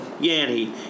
Yanny